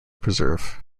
preserve